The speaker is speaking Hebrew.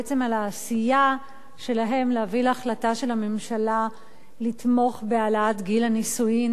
בעצם על העשייה שלהם להביא להחלטה של הממשלה לתמוך בהעלאת גיל הנישואין.